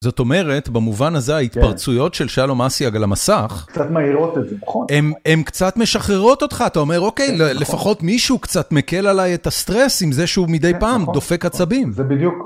זאת אומרת, במובן הזה ההתפרצויות של שלום אסיאג על המסך, קצת מאירות את זה, נכון? הם קצת משחררות אותך, אתה אומר, אוקיי, לפחות מישהו קצת מקל עליי את הסטרס עם זה שהוא מדי פעם דופק עצבים. זה בדיוק.